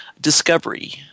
discovery